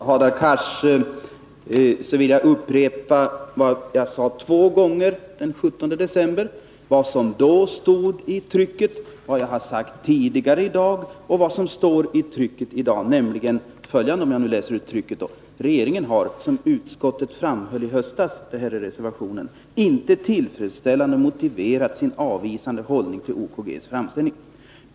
Herr talman! Uppfordrad av Hadar Cars vill jag upprepa vad jag sade två gånger den 17 december, vad som då stod i trycket, vad jag har sagt tidigare i dag och vad som står i trycket i dag, nämligen följande — jag läser ur reservationen: ”Regeringen har, som utskottet framhöll i höstas, inte tillfredsställande 61 motiverat sin avvisande hållning till OKG:s framställning.